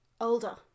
older